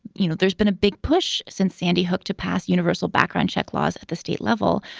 you know, there's been a big push since sandy hook to pass universal background check laws at the state level.